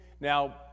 Now